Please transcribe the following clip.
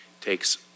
takes